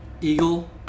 Eagle